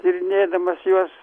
tyrinėdamas juos